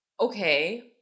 Okay